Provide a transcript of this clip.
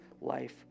life